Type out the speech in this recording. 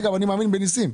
אגב, אני מאמין בניסים,